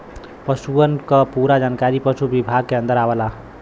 पसुअन क पूरा जानकारी पसु विभाग के अन्दर आवला